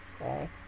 Okay